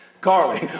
Carly